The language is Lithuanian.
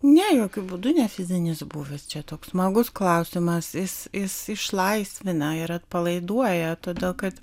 ne jokiu būdu ne fizinis būvis čia toks smagus klausimas jis jis išlaisvina ir atpalaiduoja todėl kad